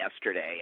yesterday